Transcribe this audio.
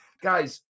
Guys